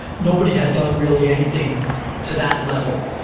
nobody had done really anything to that level,